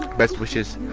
best wishes.